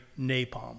napalm